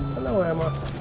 hello emma.